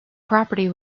property